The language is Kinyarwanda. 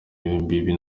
imbibi